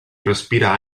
respira